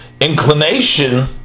inclination